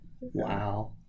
Wow